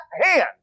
hand